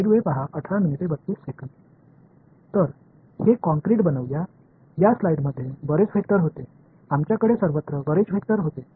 तर हे काँक्रिट बनवूया या स्लाईडमध्ये बरेच वेक्टर होते आमच्याकडे सर्वत्र बरेच वेक्टर होते